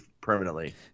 permanently